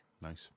Nice